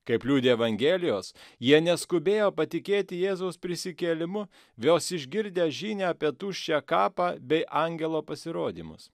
kaip liudija evangelijos jie neskubėjo patikėti jėzaus prisikėlimu vos išgirdę žinią apie tuščią kapą bei angelo pasirodymus